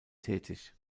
tätig